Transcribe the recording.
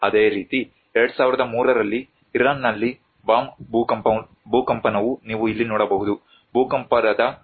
ಅದೇ ರೀತಿ 2003 ರಲ್ಲಿ ಇರಾನ್ನಲ್ಲಿ ಬಾಮ್ ಭೂಕಂಪನವು ನೀವು ಇಲ್ಲಿ ನೋಡಬಹುದು ಭೂಕಂಪದ ಮೊದಲು ಮತ್ತು ನಂತರ